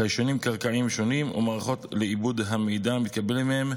חיישנים קרקעיים שונים ומערכות לעיבוד המידע המתקבל מהם.